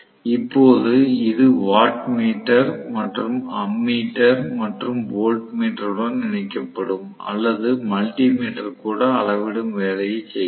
இப்போது இது வாட்மீட்டர் மற்றும் அம்மீட்டர் மற்றும் வோல்ட்மீட்டர் உடன் இணைக்கப்படும் அல்லது மல்டிமீட்டர் கூட அளவிடும் வேலையைச் செய்யலாம்